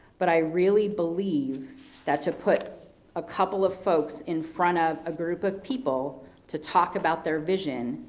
but i really believe that to put a couple of folks in front of a group of people to talk about their vision,